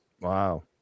Wow